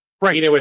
Right